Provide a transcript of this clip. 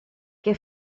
què